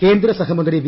കേന്ദ്രസഹമന്ത്രി വി